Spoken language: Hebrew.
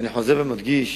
אני חוזר ומדגיש,